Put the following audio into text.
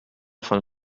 von